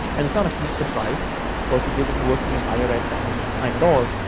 and it's not a huge surprise cuz you've you've been working in higher ed for any time at all,